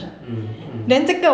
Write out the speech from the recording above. mm mm